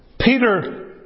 Peter